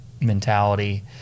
mentality